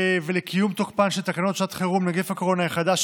ולקיום תוקפן של תקנות שעת חירום (נגיף הקורונה החדש,